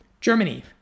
Germany